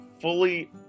fully